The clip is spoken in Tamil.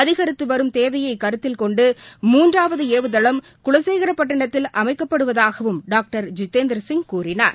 அதிகித்துவரும் தேவையைகருத்தில் கொண்டு மூன்றாவதுஏவுதளம் குலசேகரப்பட்டினத்தில் அமைக்கப்படுவதாகவும் டாக்டர் ஜிதேந்திரசிய் கூறினார்